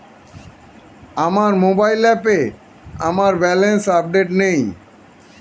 আমার মোবাইল অ্যাপে আমার ব্যালেন্স আপডেটেড নেই